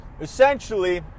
essentially